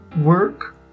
work